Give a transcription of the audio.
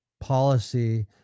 policy